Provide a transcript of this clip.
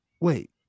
Wait